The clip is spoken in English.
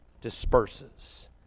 disperses